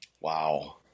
Wow